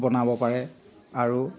বনাব পাৰে আৰু